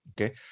Okay